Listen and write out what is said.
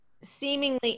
seemingly